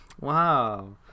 Wow